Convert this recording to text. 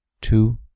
two